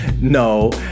No